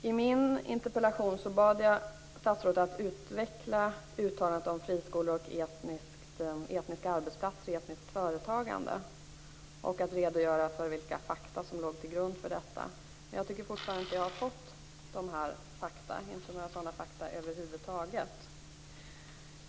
I min interpellation bad jag statsrådet att utveckla uttalandet om friskolor, etniska arbetsplatser och etniskt företagande och redogöra för vilka fakta som låg till grund för uttalandet. Jag har fortfarande inte fått några sådana fakta över huvud taget.